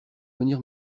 venir